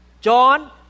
John